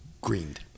greened